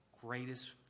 Greatest